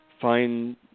find